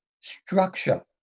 structure